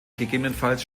gegebenenfalls